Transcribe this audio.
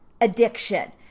addiction